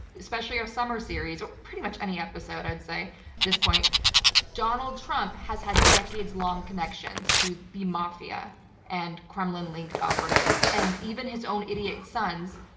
especially our summer series or pretty much any episode, i'd say this point donald trump has had decades-long connections to the mafia and kremlin-linked operatives. and even his own idiot sons,